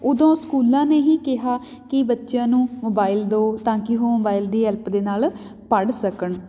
ਉਦੋਂ ਸਕੂਲਾਂ ਨੇ ਹੀ ਕਿਹਾ ਕਿ ਬੱਚਿਆਂ ਨੂੰ ਮੋਬਾਈਲ ਦਿਉ ਤਾਂ ਕਿ ਉਹ ਮੋਬਾਈਲ ਦੀ ਹੈਲਪ ਦੇ ਨਾਲ਼ ਪੜ੍ਹ ਸਕਣ